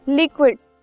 liquids